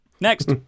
Next